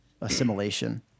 assimilation